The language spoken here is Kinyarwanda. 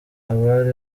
abari